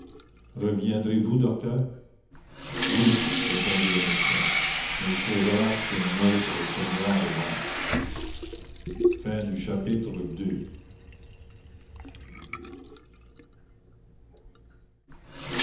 reviendrez-vous docteur oui répondit le médecin mais il faudrait qu'un autre que moi revînt chapitre